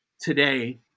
today